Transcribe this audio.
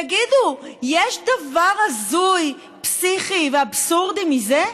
תגידו, יש דבר הזוי, פסיכי ואבסורדי מזה?